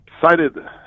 cited